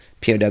POW